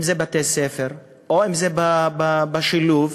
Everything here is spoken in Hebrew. אם בתי-הספר או בשילוב,